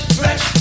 fresh